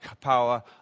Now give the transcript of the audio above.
power